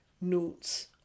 notes